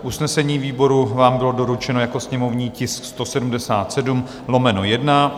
Usnesení výboru vám bylo doručeno jako sněmovní tisk 177/1.